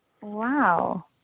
wow